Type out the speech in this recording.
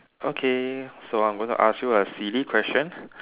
okay so I'm going to ask you a silly question